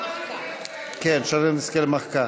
כן, שרן השכל מחקה.